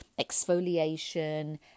exfoliation